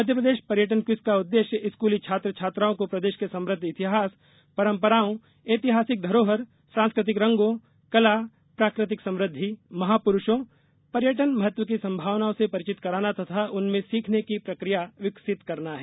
मध्यप्रदेश पर्यटन क्विज का उद्देश्य स्कूली छात्रा छात्राओं को प्रदेश के समृद्ध इतिहास परम्पराओं ऐतिहासिक धरोहर सांस्कृतिक रंगों कला प्राकृतिक समृदधि महापुरूषों पर्यटन महत्व की संभावनाओं से परिचित कराना तथा उनमें सीखने की प्रक्रिया विकसित करना है